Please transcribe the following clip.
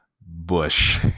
Bush